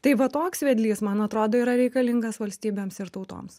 tai va toks vedlys man atrodo yra reikalingas valstybėms ir tautoms